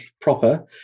proper